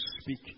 speak